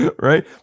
Right